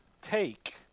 take